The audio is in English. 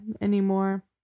anymore